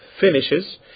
finishes